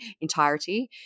Entirety